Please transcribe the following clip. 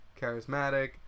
charismatic